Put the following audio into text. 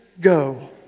go